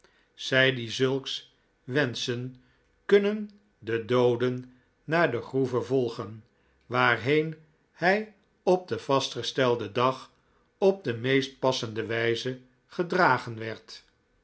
zij die zulks wenschen kunnen den doode naar de groeve volgen waarheen hij op den vastgestelden dag op de meest passende wijze gedragen werd